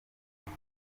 ibi